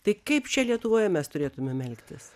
tai kaip čia lietuvoje mes turėtumėm elgtis